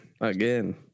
Again